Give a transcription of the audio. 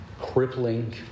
crippling